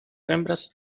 hembras